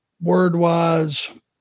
word-wise –